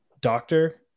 doctor